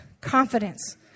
confidence